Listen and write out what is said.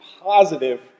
positive